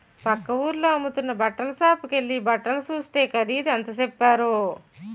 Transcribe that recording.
పక్క వూరిలో అమ్ముతున్న బట్టల సాపుకెల్లి బట్టలు సూస్తే ఖరీదు ఎంత సెప్పారో